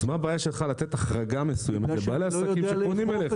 אז מה הבעיה שלך לתת החרגה מסוימת לבעלי עסקים שפונים אליך?